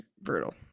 brutal